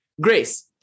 grace